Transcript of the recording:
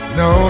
no